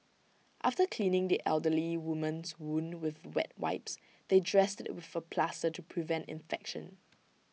after cleaning the elderly woman's wound with wet wipes they dressed IT with A plaster to prevent infection